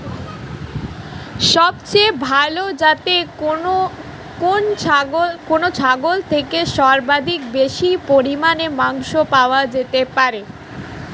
সবচেয়ে ভালো যাতে কোন ছাগল থেকে সর্বাধিক বেশি পরিমাণে মাংস পাওয়া যেতে পারে?